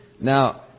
Now